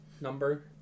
number